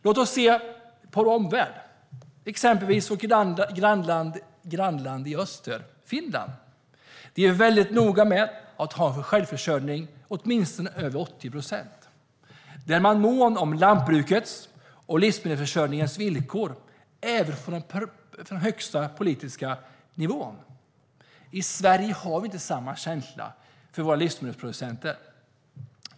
Låt oss titta på vår omvärld, exempelvis vårt grannland i öster, Finland. Där är man noga med att ha en självförsörjning på åtminstone 80 procent. Där är man, även på den högsta politiska nivån, mån om lantbrukets och livsmedelsförsörjningens villkor. I Sverige har vi inte samma känsla för våra livsmedelsproducenter.